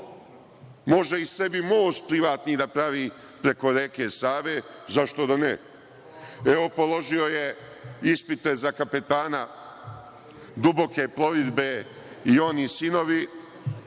može sebi i most privatni da pravi preko reke Save, zašto da ne? Evo, položio je ispit za kapetana duboke plovidbe i on i sinovi,